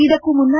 ಇದಕ್ಕೂ ಮುನ್ನ